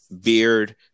beard